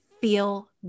feel